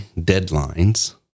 deadlines